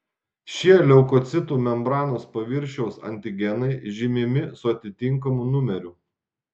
šie leukocitų membranos paviršiaus antigenai žymimi su atitinkamu numeriu